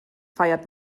feiert